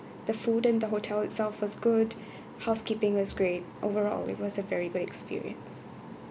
the food and the hotel itself was good housekeeping was great overall it was a very good experience